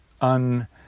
un-